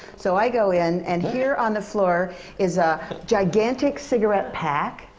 so i go in. and here on the floor is a gigantic cigarette pack.